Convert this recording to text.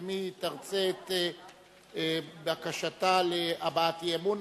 גם היא תרצה את בקשתה להבעת אי-אמון.